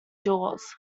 jaws